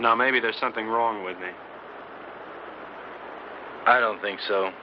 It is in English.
now maybe there's something wrong with me i don't think so